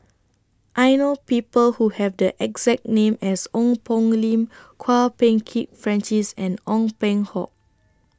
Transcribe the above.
I know People Who Have The exact name as Ong Poh Lim Kwok Peng Kin Francis and Ong Peng Hock